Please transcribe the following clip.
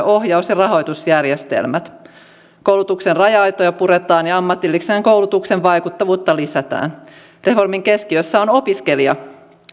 ohjaus ja rahoitusjärjestelmät koulutuksen raja aitoja puretaan ja ammatillisen koulutuksen vaikuttavuutta lisätään reformin keskiössä on opiskelija